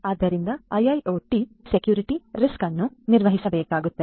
ಆದ್ದರಿಂದ IIoT security ರಿಸ್ಕನ್ನು ನಿರ್ವಹಿಸಬೇಕಾಗುತ್ತದೆ